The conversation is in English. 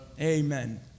Amen